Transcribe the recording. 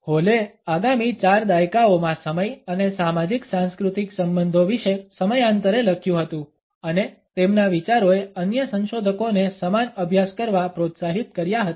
હોલએ આગામી ચાર દાયકાઓમાં સમય અને સામાજિક સાંસ્કૃતિક સંબંધો વિશે સમયાંતરે લખ્યુ હતુ અને તેમના વિચારોએ અન્ય સંશોધકોને સમાન અભ્યાસ કરવા પ્રોત્સાહિત કર્યા હતા